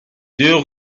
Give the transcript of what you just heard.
deux